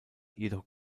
jedoch